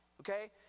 okay